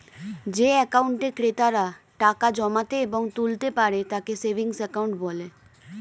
যে অ্যাকাউন্টে ক্রেতারা টাকা জমাতে এবং তুলতে পারে তাকে সেভিংস অ্যাকাউন্ট বলে